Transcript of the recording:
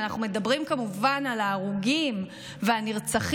אנחנו מדברים כמובן על ההרוגים והנרצחים,